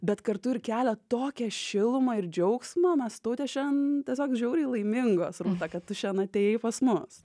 bet kartu ir kelia tokią šilumą ir džiaugsmą mes taute šian tiesiog žiauriai laimingos rūta kad tu šiandien atėjai pas mus